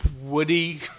Woody